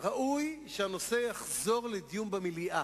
ראוי שהנושא יחזור לדיון במליאה,